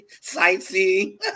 sightseeing